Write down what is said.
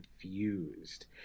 confused